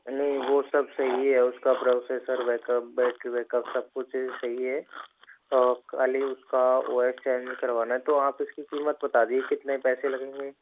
नहीं वो सब सही है उसका प्रोसेसर बैकअप बैटरी बैकअप सब कुछ सही है और खाली उसका ओ एस चेंज करवाना है तो आप उसकी कीमत बता दीजिए कितने पैसे लगेंगे